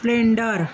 splendor